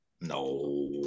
No